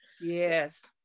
Yes